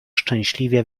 szczęśliwie